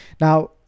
now